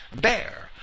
Bear